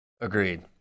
Agreed